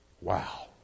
Wow